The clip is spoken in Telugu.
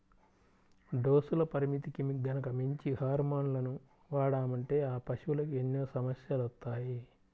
డోసుల పరిమితికి గనక మించి హార్మోన్లను వాడామంటే ఆ పశువులకి ఎన్నో సమస్యలొత్తాయి